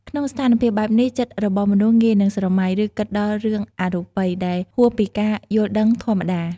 ក្នុងស្ថានភាពបែបនេះ ចិត្តរបស់មនុស្សងាយនឹងស្រមៃ ឬគិតដល់រឿងអរូបី ដែលហួសពីការយល់ដឹងធម្មតា ។